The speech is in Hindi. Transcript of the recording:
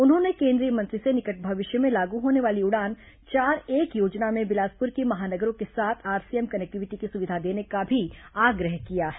उन्होंने केंद्रीय मंत्री से निकट भविष्य में लागू होने वाली उड़ान चार एक योजना में बिलासपुर की महानगरों के साथ आरसीएस कनेक्टिविटी की सुविधा देने का भी आग्रह किया है